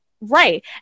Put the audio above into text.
Right